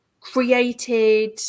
created